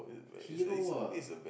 hero ah